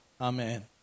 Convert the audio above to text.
Amen